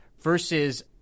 versus